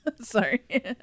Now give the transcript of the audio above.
sorry